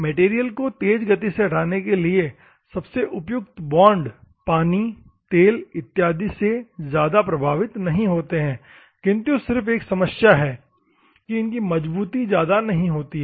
material को तेज गति से हटाने के लिए सबसे उपयुक्त बॉन्ड पानीतेल इत्यादि से ज्यादा प्रभावित नहीं होते हैं किंतु सिर्फ एक समस्या है कि इनकी मजबूती ज्यादा नहीं होती है